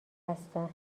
هستن